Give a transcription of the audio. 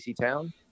town